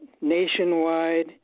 nationwide